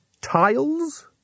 Tiles